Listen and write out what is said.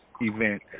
event